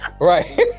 Right